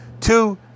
Two